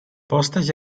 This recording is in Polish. postać